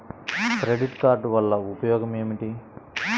Credit card వల్ల ఉపయోగం ఏమిటీ?